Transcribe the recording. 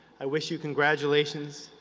i wish you congratulations,